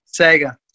Sega